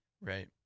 Right